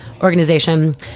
Organization